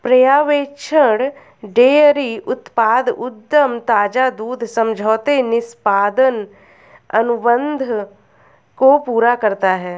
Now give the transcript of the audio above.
पर्यवेक्षण डेयरी उत्पाद उद्यम ताजा दूध समझौते निष्पादन अनुबंध को पूरा करता है